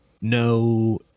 no